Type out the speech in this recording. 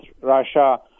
Russia